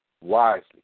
wisely